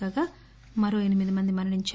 కాగా మరో ఎనిమిది మంది మరణించారు